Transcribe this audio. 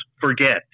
forget